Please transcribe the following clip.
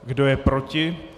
Kdo je proti?